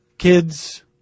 Kids